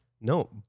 No